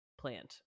plant